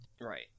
Right